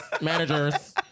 managers